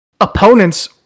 opponents